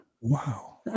Wow